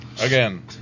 Again